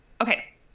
okay